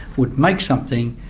would make something,